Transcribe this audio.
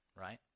right